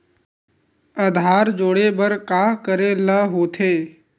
आधार जोड़े बर का करे ला होथे?